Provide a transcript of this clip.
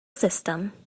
system